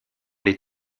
les